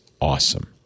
awesome